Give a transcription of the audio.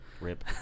Rip